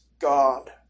God